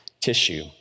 tissue